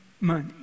money